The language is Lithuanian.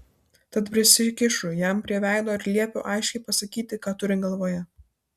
tad prisikišu jam prie veido ir liepiu aiškiai pasakyti ką turi galvoje